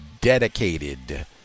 dedicated